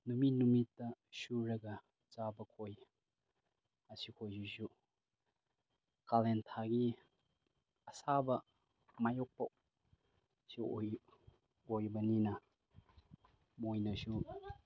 ꯅꯨꯃꯤꯠ ꯅꯨꯃꯤꯠꯇ ꯁꯨꯔꯒ ꯆꯥꯕꯈꯣꯏ ꯑꯁꯤꯈꯣꯏꯁꯤꯁꯨ ꯀꯥꯂꯦꯟ ꯊꯥꯒꯤ ꯑꯁꯥꯕ ꯃꯥꯏꯌꯣꯛꯄꯁꯨ ꯑꯣꯏ ꯑꯣꯏꯕꯅꯤꯅ ꯃꯣꯏꯅꯁꯨ